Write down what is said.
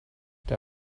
der